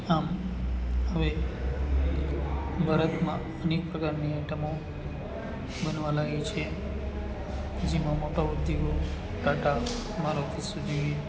આમ હવે ભારતમાં અનેક પ્રકારની આઇટમો બનવા લાગી છે જેમાં મોટા ઉદ્યોગો ટાટા મારુતિ સુઝુકી